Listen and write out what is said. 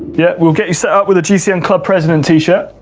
yeah, we'll get you set up with the gcn club president t-shirt.